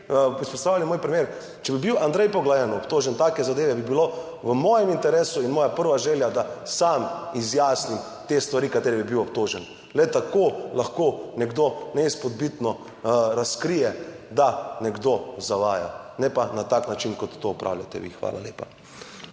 izpostavili moj primer; če bi bil Andrej Poglajen obtožen take zadeve, bi bilo v mojem interesu in moja prva želja, da sam izjasni te stvari, katere bi bil obtožen. Le tako lahko nekdo neizpodbitno razkrije, da nekdo zavaja, ne pa na tak način kot to opravljate vi. Hvala lepa.